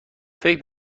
فکر